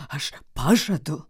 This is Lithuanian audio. aš pažadu